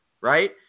Right